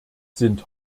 sind